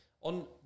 On